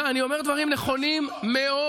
אני אומר דברים נכונים מאוד.